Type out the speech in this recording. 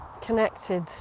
connected